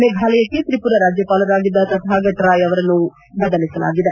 ಮೇಘಾಲಯಕ್ಕೆ ತ್ರಿಪುರಾ ರಾಜ್ಯಪಾಲರಾಗಿದ್ದ ತಥಾಘಟ ರಾಯ್ ಅವರನ್ನು ಬದಲಿಸಲಾಗಿದೆ